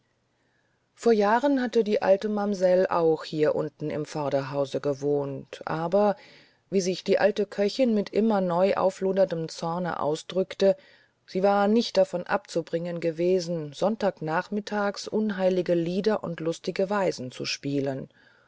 vor jahren hatte die alte mamsell auch hier unten im vorderhause gewohnt aber wie sich die alte köchin mit immer neu aufloderndem zorne ausdrückte sie war nicht davon abzubringen gewesen sonntagnachmittags unheilige lieder und lustige weisen zu spielen